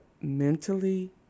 mentally